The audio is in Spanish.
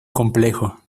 complejo